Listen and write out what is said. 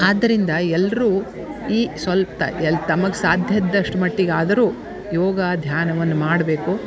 ಆದ್ದರಿಂದ ಎಲ್ಲರೂ ಈ ಸ್ವಲ್ಪ ಎಲ್ಲ ತಮಗೆ ಸಾಧ್ಯ ಇದ್ದಷ್ಟು ಮಟ್ಟಿಗಾದರೂ ಯೋಗ ಧ್ಯಾನವನ್ನು ಮಾಡಬೇಕು